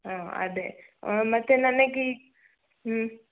ಹಾಂ ಅದೇ ಮತ್ತೆ ನನಗೆ ಹ್ಞೂ